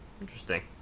Interesting